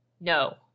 No